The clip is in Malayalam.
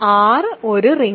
R ഒരു റിങ്